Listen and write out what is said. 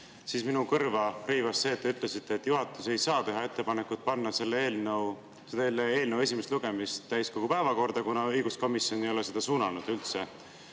siis minu kõrva riivas see, et te ütlesite, et juhatus ei saa teha ettepanekut panna selle eelnõu esimest lugemist täiskogu päevakorda, kuna õiguskomisjon ei ole seda suunanud üldse